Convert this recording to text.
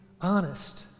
honest